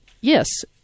Yes